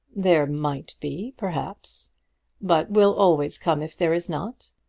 there might be, perhaps but we'll always come if there is not.